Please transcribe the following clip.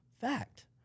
fact